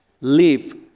live